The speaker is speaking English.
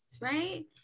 right